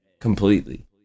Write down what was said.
completely